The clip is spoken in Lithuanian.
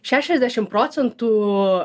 šešiasdešim procentų